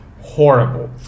Horrible